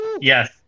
Yes